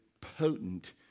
potent